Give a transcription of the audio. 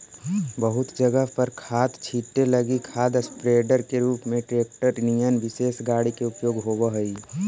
बहुत जगह पर खाद छीटे लगी खाद स्प्रेडर के रूप में ट्रेक्टर निअन विशेष गाड़ी के उपयोग होव हई